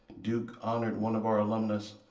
duke honored one of our alumnus,